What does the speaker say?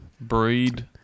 Breed